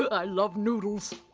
i love noodles.